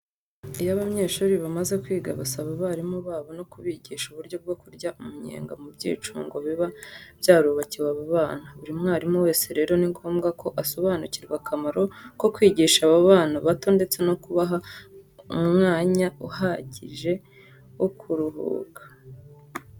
Iyo abanyeshuri bamaze kwiga basaba abarimu babo no kubigisha uburyo bwo kurya umunyenga mu byicungo biba byarubakiwe aba bana. Buri mwarimu wese rero ni ngombwa ko asobanukirwa akamaro ko kwigisha abana bato ndetse no kubaha umwanya uhagije wo kuruhuka.